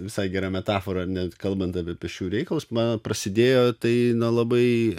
visai gera metafora net kalbant apie pėsčiųjų reikalus mano prasidėjo tai labai